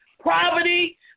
poverty